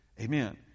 amen